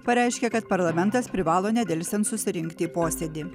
pareiškė kad parlamentas privalo nedelsiant susirinkti į posėdį